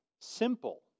simple